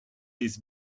his